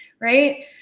right